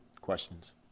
Questions